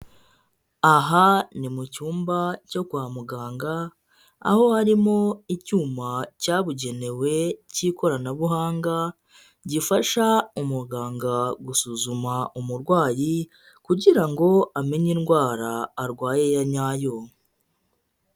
Aha ni mu cyumba cyo kwa muganga, aho harimo icyuma cyabugenewe cy'ikoranabuhanga, gifasha umuganga gusuzuma umurwayi kugira ngo amenye indwara arwaye ya nyayo.